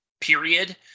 period